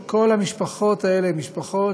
וכל המשפחות האלה הן משפחות